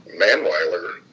Manweiler